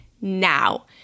now